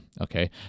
Okay